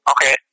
Okay